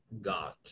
God